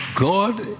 God